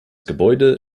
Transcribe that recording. gebäude